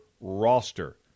roster